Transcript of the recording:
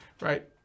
right